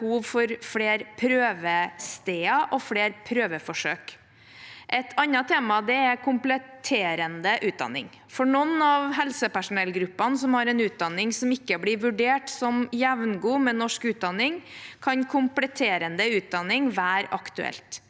for flere prøvesteder og flere prøveforsøk. Et annet tema er kompletterende utdanning. For noen av helsepersonellgruppene som har en utdanning som ikke blir vurdert som jevngod med norsk utdanning, kan kompletterende utdanning være aktuelt.